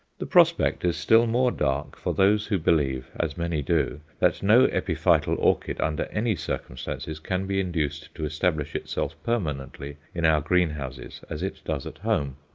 the prospect is still more dark for those who believe as many do that no epiphytal orchid under any circumstances can be induced to establish itself permanently in our greenhouses as it does at home.